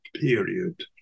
period